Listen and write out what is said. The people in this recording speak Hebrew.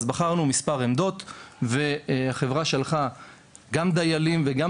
בחרנו מספר עמדות והחברה שלחה דיילים וגם